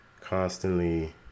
constantly